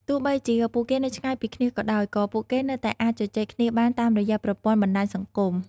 ទោះបីជាពួកគេនៅឆ្ងាយពីគ្នាក៏ដោយ ក៏ពួកគេនៅតែអាចជជែកគ្នាបានតាមរយៈប្រព័ន្ធបណ្ដាញសង្គម។